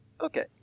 Okay